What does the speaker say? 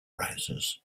browsers